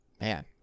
man